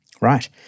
Right